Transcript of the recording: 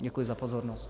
Děkuji za pozornost.